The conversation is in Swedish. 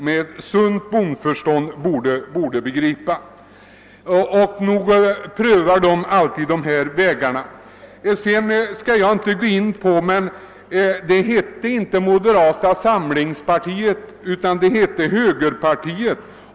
Med sunt bondförstånd borde herr Lothigius begripa detta. Moderata samlingspartiet hette tidigare högerpartiet.